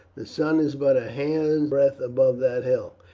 the sun is but a hand's breadth above that hill.